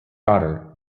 daughter